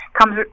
comes